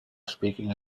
speaking